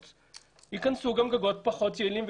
רבות יותר ייכנסו גם גגות פחות יעילים.